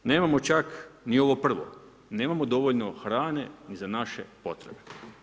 Nemamo čak ni ovo prvo, nemamo dovoljno hrane ni za naše potrebe.